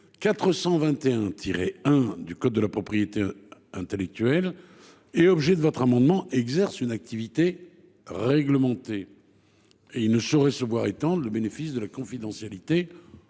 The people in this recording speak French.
421 1 du code la propriété intellectuelle, objets de votre amendement, exercent une activité réglementée. Ils ne sauraient se voir étendre le bénéfice de la confidentialité